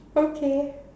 okay